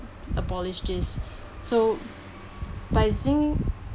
abolished this so by seeing